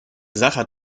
sacher